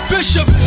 Bishop